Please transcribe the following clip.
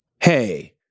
Hey